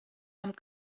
amb